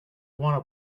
wanna